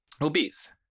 obese